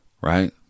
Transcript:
right